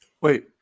Wait